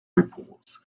reports